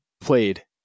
played